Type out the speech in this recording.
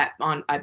on